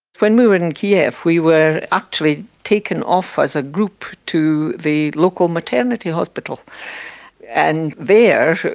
when we were in kiev, we were actually taken off as a group to the local maternity hospital and there,